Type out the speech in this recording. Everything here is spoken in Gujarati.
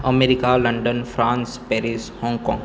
America London France Paris Hong Kong